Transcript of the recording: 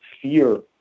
fear